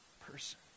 person